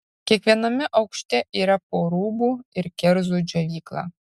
kiekviename aukšte yra po rūbų ir kerzų džiovyklą